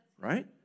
right